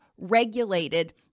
regulated